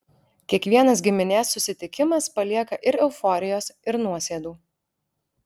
kiekvienas giminės susitikimas palieka ir euforijos ir nuosėdų